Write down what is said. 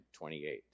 28